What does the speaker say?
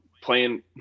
playing